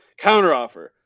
counteroffer